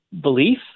belief